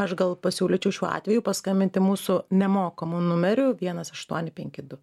aš gal pasiūlyčiau šiuo atveju paskambinti mūsų nemokamu numeriu vienas aštuoni penki du